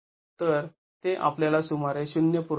तर ते आपल्याला सुमारे ०